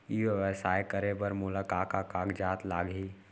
ई व्यवसाय करे बर मोला का का कागजात लागही?